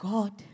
God